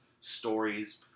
stories